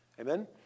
Amen